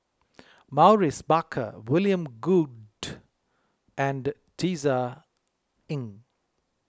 Maurice Baker William Goode and Tisa Ng